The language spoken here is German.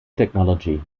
technology